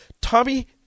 Tommy –